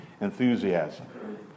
enthusiasm